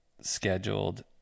scheduled